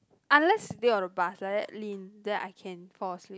unless sitting on the bus like that lean then I can fall asleep